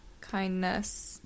Kindness